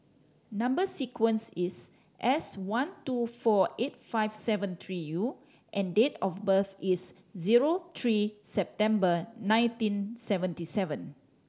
number sequence is S one two four eight five seven three U and date of birth is zero three September nineteen seventy seven